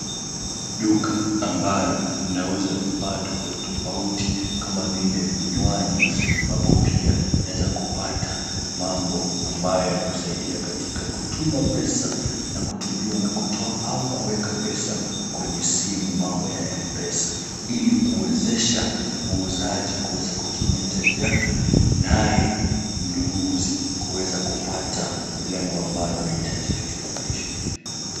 Duka ambalo linauza vifaa tofauti tofauti kama vile vinywaji ambapo pia unaweza kupata mambo ambayo yanakusaidia katika kutuma pesa na kutumiwa na kutoa au kuweka pesa kwenye simu mambo ya M-pesa ili kuwezesha muuzaji kuweza kukimu mahitaji yake naye mnunuzi kuweza kupata lengo ambalo anahitaji katika maisha.